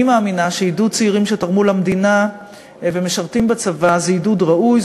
אני מאמינה שעידוד צעירים שתרמו למדינה ומשרתים בצבא זה עידוד ראוי,